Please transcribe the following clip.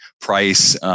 price